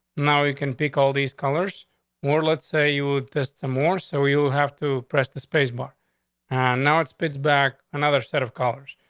now we can pick all these colors more. let's say you would just more so you'll have to press the space bar on and now it spits back another set of colors,